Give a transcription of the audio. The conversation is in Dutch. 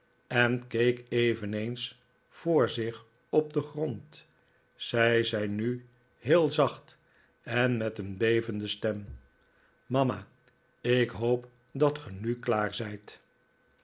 en keek eveneens voor zich op den grond zij zei nu heel zacht en met een bevende stem mama ik hoop dat ge nu klaar zijt